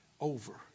over